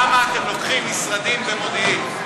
למה אתם לוקחים משרדים במודיעין,